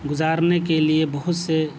گذارنے کے لیے بہت سے